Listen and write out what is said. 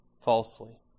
falsely